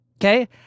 Okay